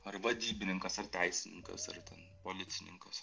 ar vadybininkas ar teisininkas ar policininkas